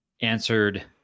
answered